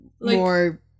more